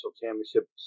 championship